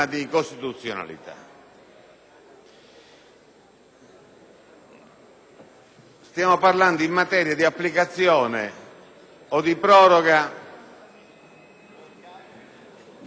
Stiamo parlando in materia di applicazione o di proroga dell'articolo 41-*bis*.